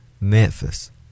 Memphis